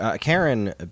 Karen